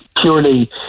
purely